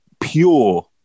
pure